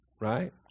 Right